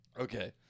Okay